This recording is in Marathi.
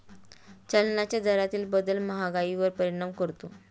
चलनाच्या दरातील बदल महागाईवर परिणाम करतो